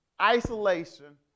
Isolation